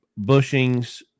bushings